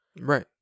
Right